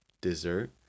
dessert